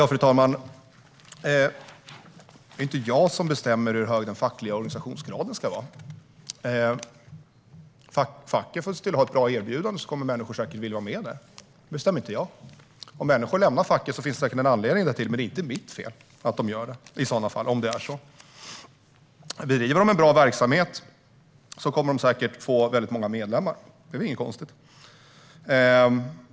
Fru talman! Det är inte jag som bestämmer hur hög den fackliga organisationsgraden ska vara. Facket får se till att ha ett bra erbjudande. Då kommer människor säkert att vilja vara med där. Det bestämmer inte jag. Om människor lämnar facket finns det säkert en anledning till det, men det är inte mitt fel om de gör det. Om facket driver en bra verksamhet kommer de säkert att få väldigt många medlemmar. Det är ingenting konstigt.